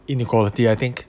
inequality I think